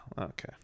okay